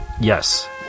Yes